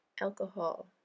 alcohol